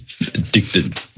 addicted